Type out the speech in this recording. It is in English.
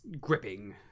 gripping